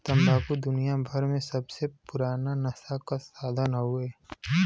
तम्बाकू दुनियाभर मे सबसे पुराना नसा क साधन हउवे